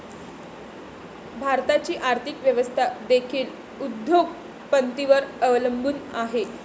भारताची आर्थिक व्यवस्था देखील उद्योग पतींवर अवलंबून आहे